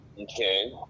Okay